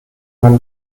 man